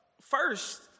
first